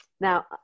Now